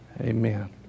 Amen